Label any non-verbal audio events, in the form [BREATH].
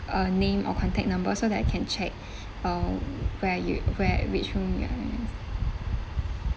uh name or contact number so that I can check [BREATH] uh where you where which room you are in